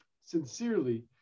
sincerely